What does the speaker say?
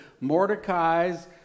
Mordecai's